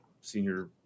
senior